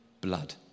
blood